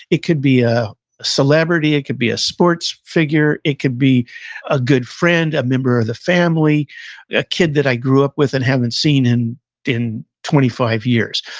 it could be a celebrity, it could be a sports figure, it could be a good friend, a member of the family, a kid that i grew up with and haven't seen in in twenty five years.